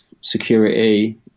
security